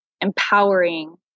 empowering